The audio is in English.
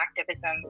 activism